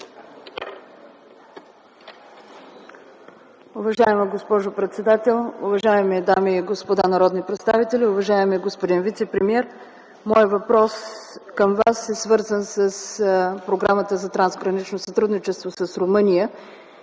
Уважаема госпожо председател, уважаеми дами и господа народни представители! Уважаеми господин вицепремиер, моят въпрос към Вас е свързан с програмата за трансгранично сътрудничество с Румъния.